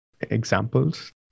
examples